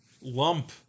lump